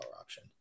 option